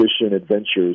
adventures